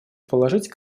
положить